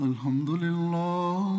Alhamdulillah